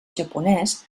japonès